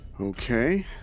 Okay